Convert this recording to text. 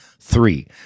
three